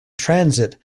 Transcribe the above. transit